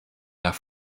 nach